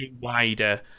wider